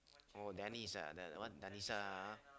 oh Denis ah that one Denis [ah[